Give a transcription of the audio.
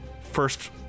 first